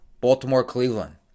Baltimore-Cleveland